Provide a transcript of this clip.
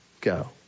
go